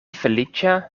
feliĉa